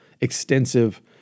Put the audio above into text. extensive